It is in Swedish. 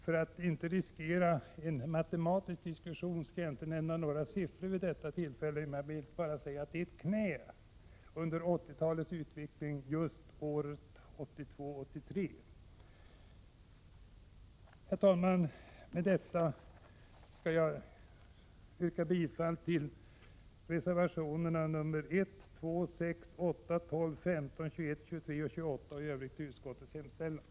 För att inte riskera en matematisk diskussion skall jag vid detta tillfälle inte nämna några siffror. Jag vill bara säga att 1982/83 utgör ett ”knä” i 80-talets utveckling. Herr talman! Med detta yrkar jag bifall till reservationerna 1, 2, 6, 8, 12, 15, 21, 23 och 28 och i övrigt till utskottets hemställan.